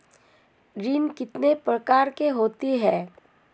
ऋण कितने प्रकार के होते हैं?